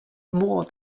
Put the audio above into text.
more